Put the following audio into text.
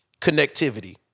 connectivity